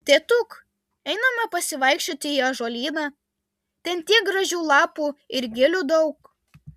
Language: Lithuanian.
tėtuk einame pasivaikščioti į ąžuolyną ten tiek gražių lapų ir gilių daug